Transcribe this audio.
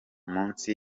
munsi